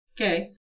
Okay